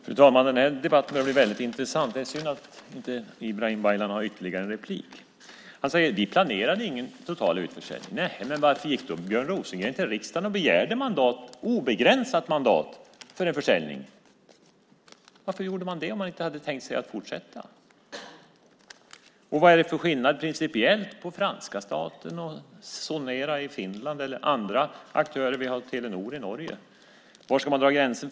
Fru talman! Nu börjar debatten bli väldigt intressant. Synd att Ibrahim Baylan inte har rätt till ytterligare replik. Han säger: Vi planerade inte en total utförsäljning. Nähej, men varför gick då Björn Rosengren till riksdagen och begärde ett obegränsat mandat för en försäljning? Varför gjorde man det om man inte hade tänkt sig att fortsätta? Och vad är det för skillnad principiellt mellan franska staten, Sonera i Finland och andra aktörer? Och i Norge har vi Telenor. Var ska man dra gränsen?